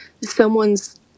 someone's